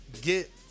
get